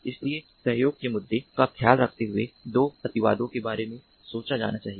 इसलिए सहयोग के मुद्दे का ख्याल रखते हुए 2 अतिवादों के बारे में सोचा जाना चाहिए